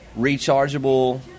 rechargeable